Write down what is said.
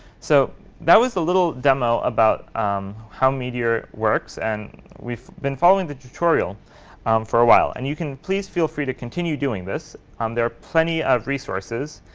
so that was a little demo about how meteor works, and we've been following the tutorial for a while. and you can please feel free to continue doing this. um there are plenty of resources,